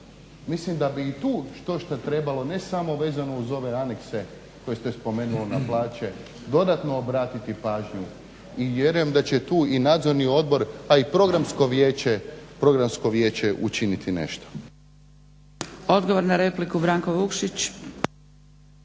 Mislim da bi i tu štošta trebalo ne samo vezano uz ove anekse koje ste spomenuli na plaće dodatno obratiti pažnju i vjerujem da će tu i nadzorni odbor, a i programsko vijeće učiniti nešto.